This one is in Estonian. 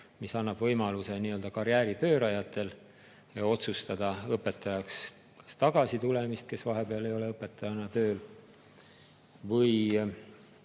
mis annab võimaluse nii-öelda karjääripöörajatel otsustada õpetajaks tagasi tulla, kui nad vahepeal ei ole õpetajana töötanud,